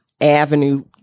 avenue